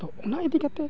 ᱛᱚ ᱚᱱᱟ ᱤᱫᱤᱠᱟᱛᱮᱫ